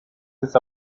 this